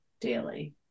daily